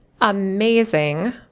amazing